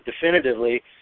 definitively